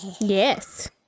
Yes